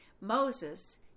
Moses